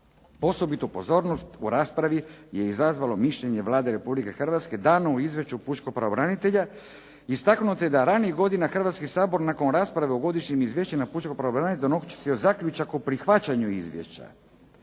Osobitu pozornost u raspravi je izazvalo mišljenje Vlade Republike Hrvatske dano u izvješću pučkog pravobranitelja. Istaknuto je da ranijih godina Hrvatski sabor nakon rasprave o godišnjim izvješćima pučkog pravobranitelja donosi se zaključak o prihvaćanju izvješća.